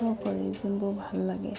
কৰি যিবোৰ ভাল লাগে